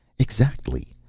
exactly.